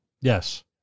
Yes